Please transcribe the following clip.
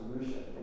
solution